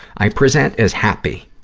i present as happy.